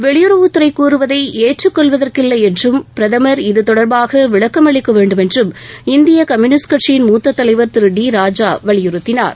வெளியுறவுத்துறை கூறுவதை ஏற்றுக் கொள்வதற்கில்லை என்றும் பிரதமர் இது தொடர்பாக விளக்கம் அளிக்க வேண்டுமென்றும் இந்திய கம்யுனிஸ்ட் கட்சியின் மூத்த தலைவர் திரு டி ராஜா வலியுறுத்தினார்